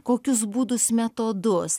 kokius būdus metodus